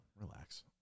relax